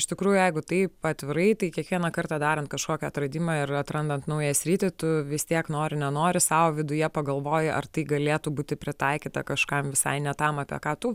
iš tikrųjų jeigu taip atvirai tai kiekvieną kartą darant kažkokį atradimą ir atrandant naują sritį tu vis tiek nori nenori sau viduje pagalvoji ar tai galėtų būti pritaikyta kažkam visai ne tam apie ką tu